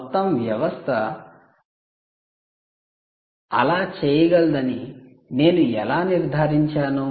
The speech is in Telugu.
మొత్తం వ్యవస్థ అలా చేయగలదని నేను ఎలా నిర్ధారించాను